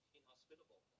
inhospitable